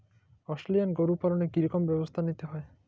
Australian গরু পালনে কি রকম ব্যবস্থা নিতে হয়?